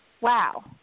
wow